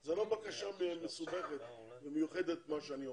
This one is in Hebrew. זה לא בקשה מסובכת ומיוחדת, מה שאני אומר,